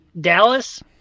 Dallas